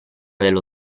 dello